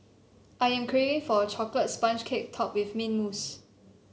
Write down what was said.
I am craving for a chocolate sponge cake topped with mint mousse